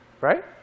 right